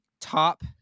top